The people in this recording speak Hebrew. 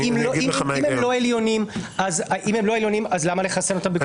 אם הם לא עליונים, אז למה לחסל אותם.